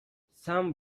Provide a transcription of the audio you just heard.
some